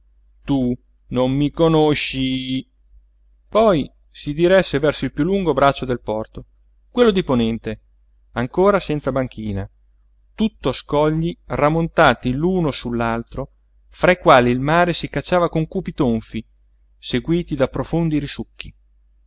tu non mi conosci poi si diresse verso il piú lungo braccio del porto quello di ponente ancora senza banchina tutto di scogli rammontati l'uno su l'altro fra i quali il mare si cacciava con cupi tonfi seguiti da profondi risucchi